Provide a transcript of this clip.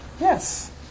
Yes